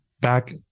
back